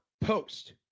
Post